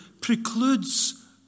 precludes